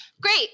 great